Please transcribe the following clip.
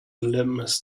litmus